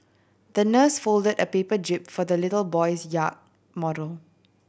the nurse folded a paper jib for the little boy's yacht model